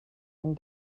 and